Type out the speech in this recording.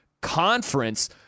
conference